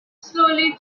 slowly